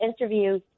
interview